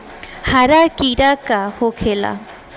हरा कीड़ा का होखे ला?